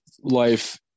life